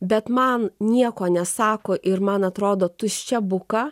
bet man nieko nesako ir man atrodo tuščia buka